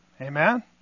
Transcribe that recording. Amen